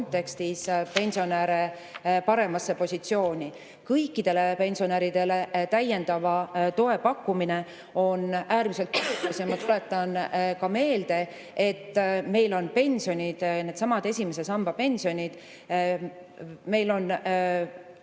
kontekstis pensionäre paremasse positsiooni. Kõikidele pensionäridele täiendava toe pakkumine on äärmiselt ... Tuletan ka meelde, et meil on needsamad esimese samba pensionid. Meil on